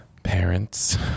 Parents